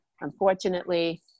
unfortunately